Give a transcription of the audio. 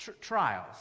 trials